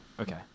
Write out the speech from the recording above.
Okay